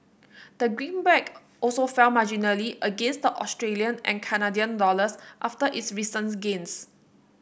the greenback also fell marginally against the Australian and Canadian dollars after its recent gains